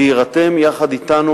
להירתם יחד אתנו,